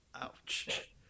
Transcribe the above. Ouch